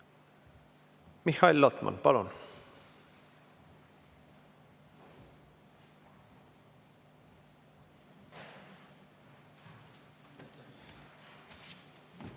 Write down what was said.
Mihhail Lotman, palun!